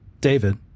David